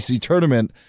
tournament